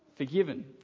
forgiven